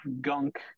gunk